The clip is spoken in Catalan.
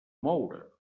moure